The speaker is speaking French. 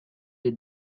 les